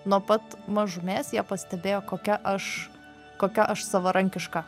nuo pat mažumės jie pastebėjo kokia aš kokia aš savarankiška